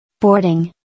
Boarding